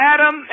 Adam